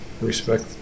respect